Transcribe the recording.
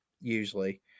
Usually